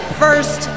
first